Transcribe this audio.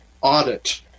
audit